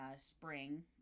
spring